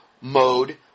mode